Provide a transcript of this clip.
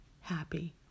happy